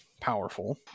powerful